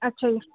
ਅੱਛਾ ਜੀ